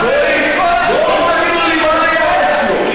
אז בואו תגידו לי מה לייעץ לו.